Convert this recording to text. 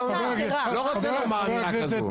אני לא רוצה לומר אמירה כזאת.